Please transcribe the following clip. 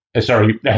Sorry